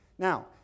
Now